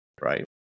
right